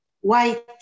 White